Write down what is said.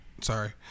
Sorry